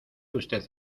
usted